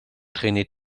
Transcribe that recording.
traîner